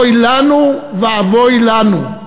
אוי לנו ואבוי לנו.